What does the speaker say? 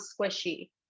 squishy